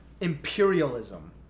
imperialism